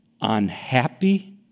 unhappy